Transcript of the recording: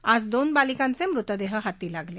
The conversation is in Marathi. आज दोन बालिकांचे मृतदेह हाती लागले